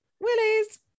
Willie's